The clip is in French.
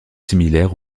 similaires